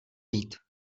být